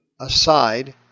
aside